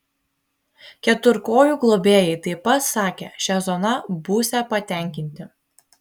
keturkojų globėjai taip pat sakė šia zona būsią patenkinti